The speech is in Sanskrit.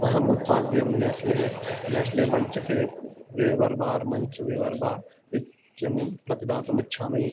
अहम् उत्पाद्यं नेस्ले नेस्ले मञ्च् फ़ेव् wafer bar munch wafer bar इत्यमुं प्रतिदातुमिच्छामि